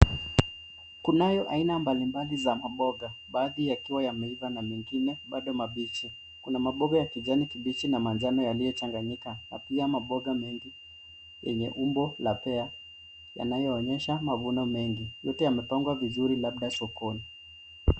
Kunayo aina mbalimbali za mamboga, baadhi yakiwa yameiva na mengine bado mabichi. Kuna mamboga ya kijani kibichi na manjano yaliyochanganyika na pia mamboga mengi yenye umbo la pear yanayoonyesha mavuno mengi. Yote yamepangwa vizuri labda sokoni.